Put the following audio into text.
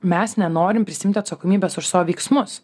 mes nenorim prisiimti atsakomybės už savo veiksmus